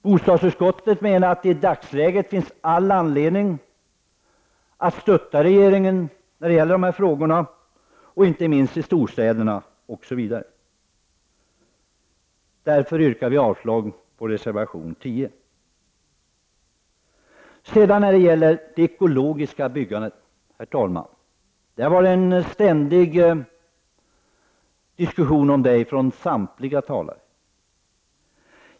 Bostadsutskottet menar att det i dagsläget finns all anledning att stötta regeringen i dessa frågor, inte minst när det gäller storstadsområdena. Därför yrkar jag avslag på reservation 10. Herr talman! Vi har vidare det ekologiska byggandet. Det har varit en ständig diskussion om detta från samtliga talare.